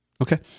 Okay